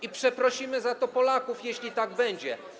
i przeprosimy za to Polaków, jeśli tak będzie.